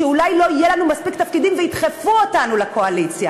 שאולי לא יהיו לנו מספיק תפקידים וידחפו אותנו לקואליציה.